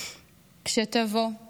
// כשתבוא /